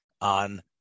on